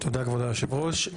תודה כבוד היושב ראש.